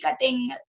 cutting